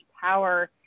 power